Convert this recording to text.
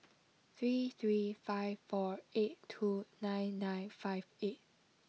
three three five four eight two nine nine five eight